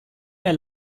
mehr